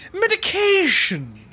medication